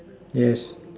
yes